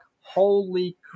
holy